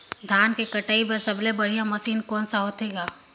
धान के कटाई बर सबले बढ़िया मशीन कोन सा होथे ग?